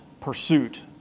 pursuit